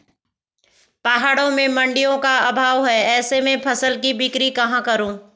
पहाड़ों में मडिंयों का अभाव है ऐसे में फसल की बिक्री कहाँ करूँ?